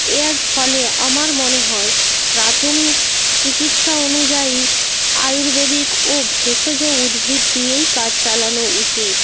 এর ফলে আমার মনে হয় প্রাথমিক চিকিৎসা অনুযায়ী আয়ুর্বেদিক ও ভেষজ উদ্ভিদ দিয়েই কাজ চালানো উচিত